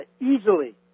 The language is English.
easily